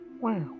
Wow